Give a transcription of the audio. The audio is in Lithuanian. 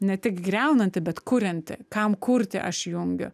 ne tik griaunanti bet kurianti kam kurti aš jungiu